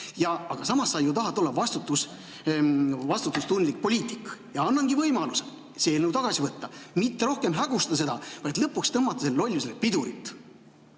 Aga samas sa ju tahad olla vastutustundlik poliitik. Ma annangi võimaluse see eelnõu tagasi võtta, mitte rohkem hägustada olukorda, vaid lõpuks tõmmata sellele lollusele pidurit.